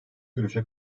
görüşe